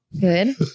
good